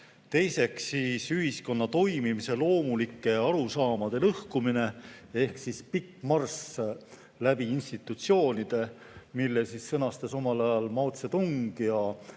teiseks, ühiskonna toimimise loomulike arusaamade lõhkumine ehk pikk marss läbi institutsioonide, mille sõnastas omal ajal Mao Zedong ja